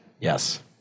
Yes